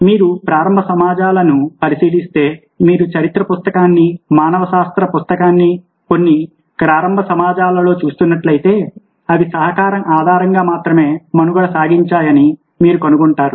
మీరు ప్రారంభ సమాజాలను పరిశీలిస్తే మీరు చరిత్ర పుస్తకాన్ని మానవ శాస్త్ర పుస్తకాన్ని కొన్ని ప్రారంభ సమాజాలలో చూస్తున్నట్లయితే అవి సహకారం ఆధారంగా మాత్రమే మనుగడ సాగించాయని మీరు కనుగొంటారు